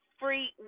free